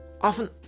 often